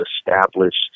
established